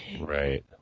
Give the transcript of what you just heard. Right